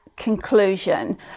conclusion